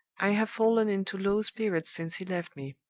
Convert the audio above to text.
i have fallen into low spirits since he left me.